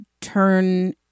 turn